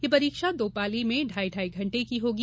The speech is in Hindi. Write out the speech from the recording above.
यह परीक्षा दो पाली में ढाई ढाई घंटे की होगी